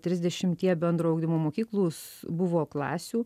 trisdešimtyje bendro ugdymo mokyklųs buvo klasių